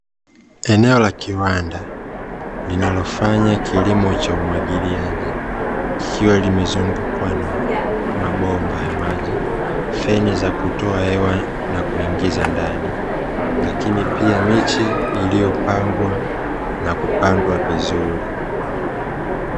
Eneo la kiwanda linalofanya kilimo cha umwagiliaji likiwa limezungukwa na mabomba ya maji, feni za kutoa hewa na kuingiza ndani, lakini pia miche iliyopangwa na kupandwa vizuri.